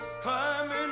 Climbing